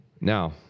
Now